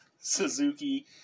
Suzuki